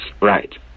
right